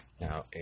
Now